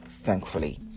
thankfully